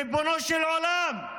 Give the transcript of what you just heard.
ריבונו של עולם,